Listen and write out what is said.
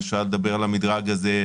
ואפשר לדבר על המדרג הזה.